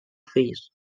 fills